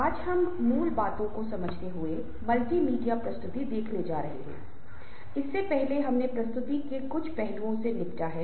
आज मैं उस विषय पर चर्चा करने जा रहा हूं जो कि ग्रुप डायनेमिक्स को समझाता है